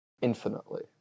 infinitely